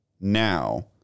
now